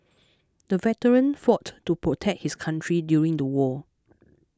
the veteran fought to protect his country during the war